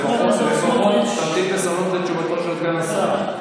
לפחות תמתין בסבלנות לתשובתו של סגן השר.